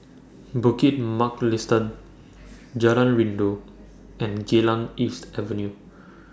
Bukit Mugliston Jalan Rindu and Geylang East Avenue